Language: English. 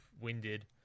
winded